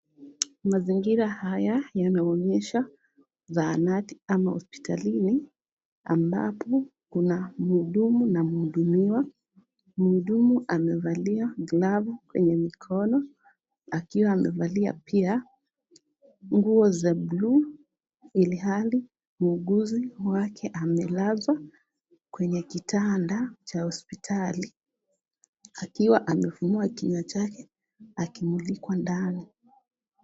Mazingira haya yanaonyesha zahanati ama hospitalini, ambapo kuna mhudumu na mhudumiwa. Mhudumu amevalia glavu kwenye mikono, akiwa amevalia pia nguo za blue , ilhali muuguzi wake amelazwa kwenye kitanda cha hospitali, akiwa amefungua kinywa chake, akimulikwa ndani.